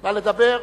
תודה.